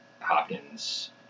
Hopkins